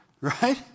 Right